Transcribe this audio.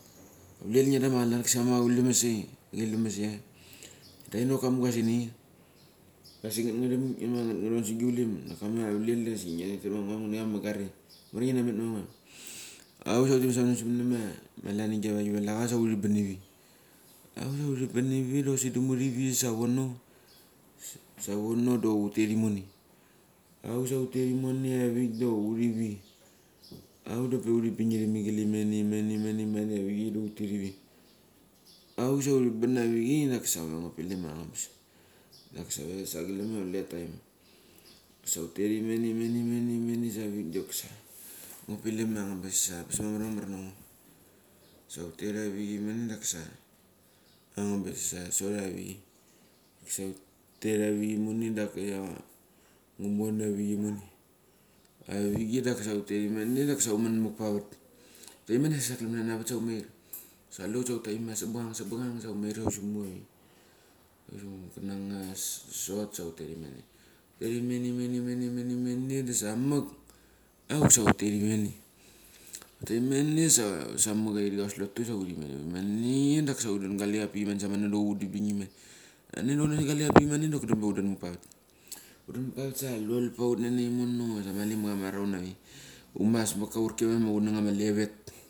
Vlel ngidera machalak kisama glemes sei, glemia inok amugasini vasik nget ngaram, ama ngatngaran samat giu lim da kama da asik mangare mamar ngi namet mavanam. Auk sa hutet savono siminima malangi avaik. Velacha sa huri ban ivi. Auk sa huri ban ivi dok sidem hut ivi savono. Savono dok hutet imone, auk sa hutet imone avik da hurivi. Auk dape huri bingiramigel imene imene imene avichei da hutet ivi. Auk sok huri ban avichei da kisa nga ve ngu pilim ia angabas da kisa save gelana kule taim. Sa hutet imene imene imene savik dokisa ngu pilim angabas sa ambas mamar mamar nango. Sa hutet avik imane dakisa angabas sa sot avichei. Sa hutet avik da kia humon avik imone, avichei da kasa huteti imane da kasa human makpavat. Huteimen sa glaman na avat sa humeir, s akulehut sa hut taimim ia sabang sabang sa humeir sa huri simuk avichei. Huri simuk meka nangas sot sa hutet imene. Hutet imene imene imene imene imene da samak, auksa hutet imane, hutet imene sa samak ia iramka haus lotu sa huri mane dakisa hudan galicha apik samono huni di bing doki deng pe huden mak pavat. Huden mak pa vat sa lul pa hut nana imosa mali ma kama raun avichei. HUmas vaka aurki vema kunangama alaveth.